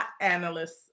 analysts